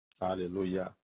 hallelujah